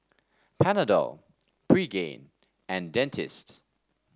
Panadol Pregain and Dentiste